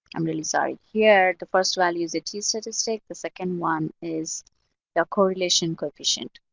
i'm really sorry. here, the first value is the t-statistic, the second one is the correlation coefficient.